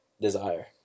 Desire